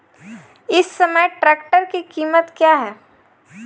इस समय ट्रैक्टर की कीमत क्या है?